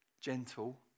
gentle